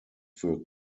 für